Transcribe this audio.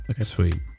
Sweet